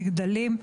מגדלים,